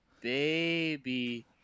baby